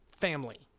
family